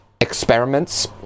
experiments